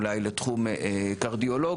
אולי לתחום קרדיולוגיה,